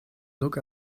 look